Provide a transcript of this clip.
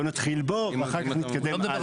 בוא נתחיל בו ואחר כך נתקדם.